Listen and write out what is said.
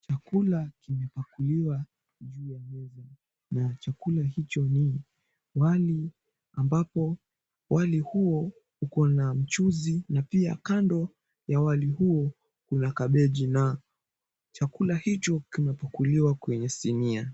Chakula kimepakuliwa juu ya meza na chakula hicho ni wali ambapo wali huo ukona mchuzi na pia kando ya wali huo kuna kabeji na chakula hicho kimepakuliwa kwenye sinia.